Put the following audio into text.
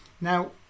Now